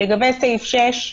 לגבי סעיף 6,